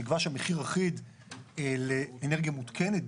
שנקבע שם מחיר אחיד לאנרגיה מותקנת.